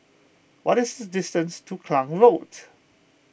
what is distance to Klang Road